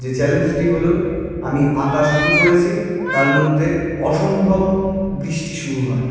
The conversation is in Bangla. যে চ্যালেঞ্জটি হল আমি আঁকা শুরু করেছি তার মধ্যে অসম্ভব বৃষ্টি শুরু হয়